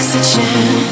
oxygen